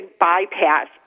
bypass